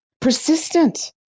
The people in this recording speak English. persistent